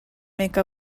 make